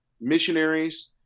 missionaries